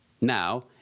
Now